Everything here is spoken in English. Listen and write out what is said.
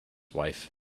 wife